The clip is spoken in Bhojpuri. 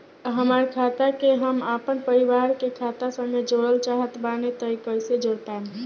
हमार खाता के हम अपना परिवार के खाता संगे जोड़े चाहत बानी त कईसे जोड़ पाएम?